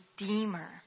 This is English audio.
Redeemer